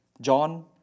John